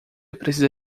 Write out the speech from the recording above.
precisa